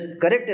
correct